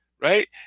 right